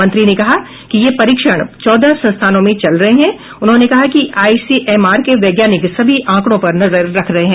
मंत्री ने कहा कि ये परीक्षण चौदह संस्थानों में चल रहे हैं उन्होंने कहा कि आईसीएमआर के वैज्ञानिक सभी आंकडो पर नजर रख रहे हैं